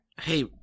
Hey